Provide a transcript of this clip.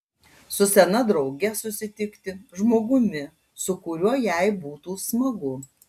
su sena drauge susitikti žmogumi su kuriuo jai būtų smagu